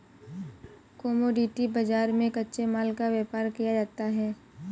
commodity बाजार में कच्चे माल का व्यापार किया जाता है